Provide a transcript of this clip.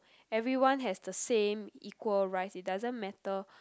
everyone has the same equal rice it doesn't matter